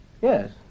yes